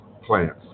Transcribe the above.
plants